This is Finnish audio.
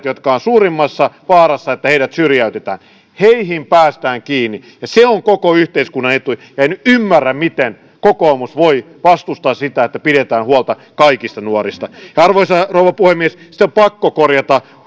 jotka ovat suurimmassa vaarassa että heidät syrjäytetään päästään kiinni ja se on koko yhteiskunnan etu en ymmärrä miten kokoomus voi vastustaa sitä että pidetään huolta kaikista nuorista arvoisa rouva puhemies sitten on pakko korjata